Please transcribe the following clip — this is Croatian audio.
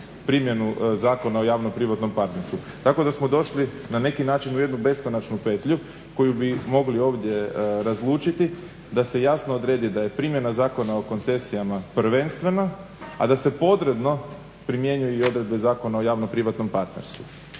primjenu Zakona o javno-privatnom partnerstvu. Tako da smo došli na neki način u jednu beskonačnu petlju koju bi mogli ovdje razlučiti da se jasno odredi da je primjena Zakona o koncesijama prvenstveno,a da se potrebno primjenjuju i odredbe Zakona o javno-privatnom partnerstvu.